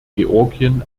georgien